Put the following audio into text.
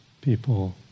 people